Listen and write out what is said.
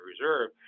reserve